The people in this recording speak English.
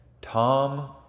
Tom